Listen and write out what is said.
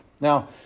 Now